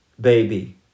baby